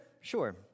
sure